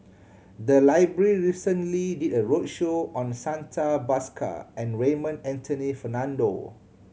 the library recently did a roadshow on Santha Bhaskar and Raymond Anthony Fernando